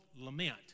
lament